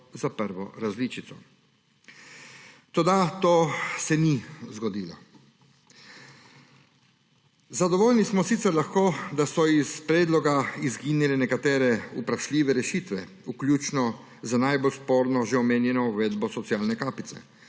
za prvo različico. Toda to se ni zgodilo. Zadovoljni smo sicer lahko, da so iz predloga izginile nekatere vprašljive rešitve, vključno z najbolj sporno že omenjeno uvedbo socialne kapice.